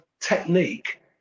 technique